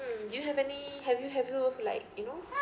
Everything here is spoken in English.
do you have any have you have you like you know